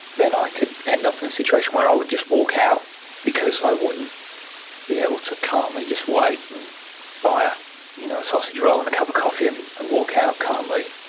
then i could end up in a situation where i would just walk out because i wouldn't be able to calmly just wait and buy a you know sausage roll and a cup of coffee and and walk out calmly.